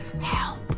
Help